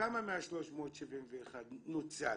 כמה מה-371 נוצל?